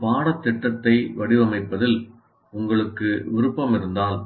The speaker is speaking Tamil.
ஒரு பாடத்திட்டத்தை வடிவமைப்பதில் உங்களுக்கு விருப்பம் இருந்தால்